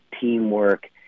teamwork